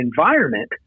environment